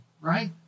right